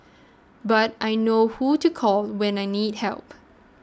but I know who to call when I need help